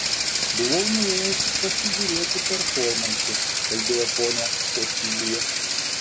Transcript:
buvau nuėjusi pasižiūrėti performansų kalbėjo ponia otilija